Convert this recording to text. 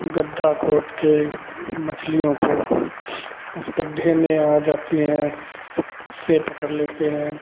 गड्ढा खोद कर मछलियों को उस गड्ढे में आ जाती हैं से पकड़ लेते हैं